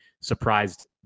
surprised